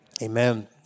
Amen